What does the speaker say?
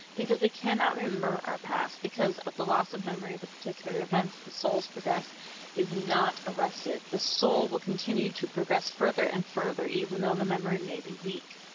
because we cannot remember our past, because of the loss of memory of the particular events, the soul's progress is not arrested. the soul will continue to progress further and further, even though the memory may be weak.